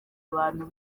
abantu